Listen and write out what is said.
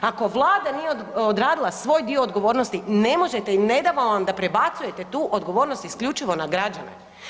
Ako Vlada nije odradila svoj dio odgovornosti ne možete i ne damo vam da prebacujete tu odgovornost isključivo na građane.